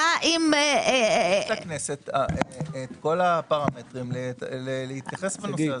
יש לכנסת את כל הפרמטרים להתייחס בנושא הזה.